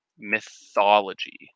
Mythology